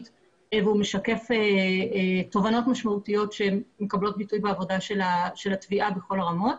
והוא משקף תובנות משמעותיות שמקבלות ביטוי בעבודה של התביעה בכל הרמות.